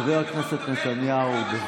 חבר הכנסת נתניהו, בבקשה.